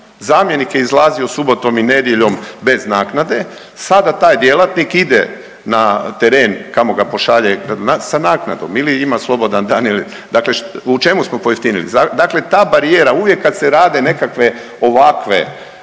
Zamjenik je izlazio subotom i nedjeljom bez naknade, sada taj djelatnik ide na teren kamo ga pošalje sa naknadnom ili ima slobodan dan ili. Dakle, u čemu smo pojeftinili, dakle ta barijera uvijek kad se rade nekakve ovakve